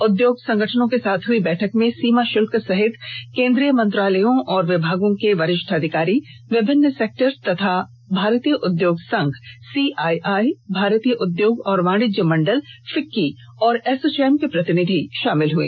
उद्योग संगठनों के साथ हुई बैठक में सीमा शुल्क सहित केन्द्रीय मंत्रालयों और विभागों के वरिष्ठ अधिकारी विभिन्न सेक्टर तथा भारतीय उद्योग संघ सीआईआई भारतीय उद्योग और वाणिज्य मंडल फिक्की और एसोचौम के प्रतिनिधि शामिल हुए